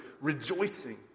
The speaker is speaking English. rejoicing